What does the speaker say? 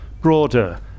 broader